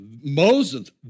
Moses